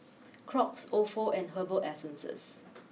Crocs Ofo and Herbal Essences